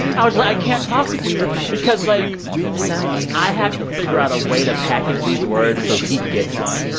i was like, i can't talk with you because, like i have to figure out a way to package these words so he gets it.